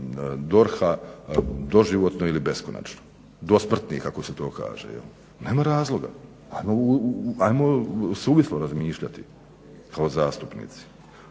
DORHA doživotno ili beskonačno, besmrtnih kako se to kaže. Nema razloga, ajmo suvislo razmišljati kao zastupnici.